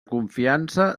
confiança